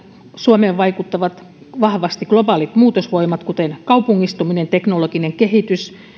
suomeen vaikuttavat vahvasti globaalit muutosvoimat kuten kaupungistuminen teknologinen kehitys ja